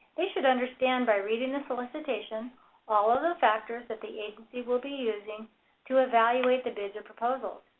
they should understand by reading the solicitation all of the factors that the agency will be using to evaluate the bid or proposals.